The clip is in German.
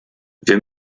wir